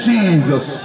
Jesus